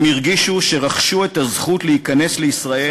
הם הרגישו שרכשו את הזכות להיכנס לישראל,